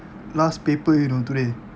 last paper you know today